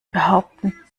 behaupten